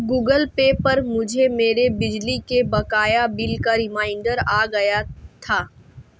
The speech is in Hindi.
गूगल पे पर मुझे मेरे बिजली के बकाया बिल का रिमाइन्डर आ गया था